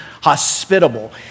hospitable